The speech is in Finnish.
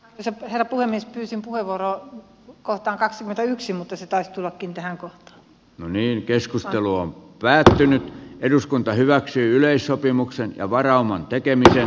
se vähä puhemies pyysin puheenvuoro koota kaksikymmentäyksi mutta se taisi tulla kiinteänko mä niin keskus ajelu on pääteltynä eduskunta hyväksyi kotimainen ja varaamaan tekemisiä